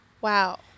Wow